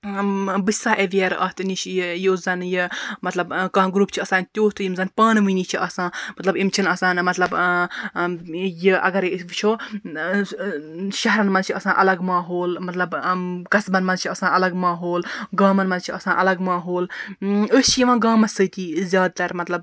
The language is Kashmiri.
بہٕ چھسا ایٚویر اتھ نِش یہِ یُس زَن یہِ مَطلَب کانٛہہ گروپ چھُ آسان تیُتھ یِم زَن پانہٕ ؤنی چھِ آسان مَطلَب یِم چھِ نہٕ آسان مَطلَب یہِ اَگَرے أسۍ وٕچھو شَہرَن مَنٛز چھ آسان اَلَگ ماحول مطلب قَصبَن مَنٛز چھ آسان اَلَگ ماحول گامَن مَنٛز چھ آسان اَلَگ ماحول أسۍ چھِ یِوان گامَس سۭتی زیادٕ تَر مَطلَب